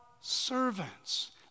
servants